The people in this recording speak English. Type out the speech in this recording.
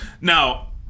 Now